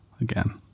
again